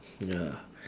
ya